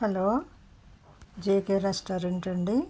hello JK restaurant అండి